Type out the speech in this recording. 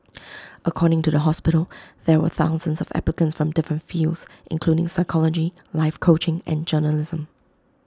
according to the hospital there were thousands of applicants from different fields including psychology life coaching and journalism